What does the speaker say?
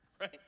right